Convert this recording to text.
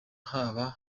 haba